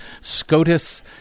SCOTUS